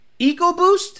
EcoBoost